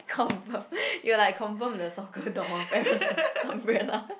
confirm it will like confirm the soccer door parasol umbrella